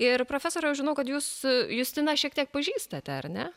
ir profesoriau žinau kad jūs justiną šiek tiek pažįstate ar ne